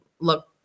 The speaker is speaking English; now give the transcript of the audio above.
look